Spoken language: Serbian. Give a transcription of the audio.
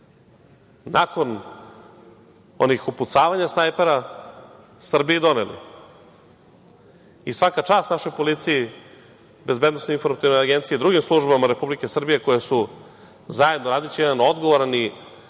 nakon onih upucavanja snajpera Srbiji doneli. Svaka čast našoj policiji, Bezbednosnoj informativnoj agenciji, drugim službama Republike Srbije, koje su zajedno radeći jedan odgovoran i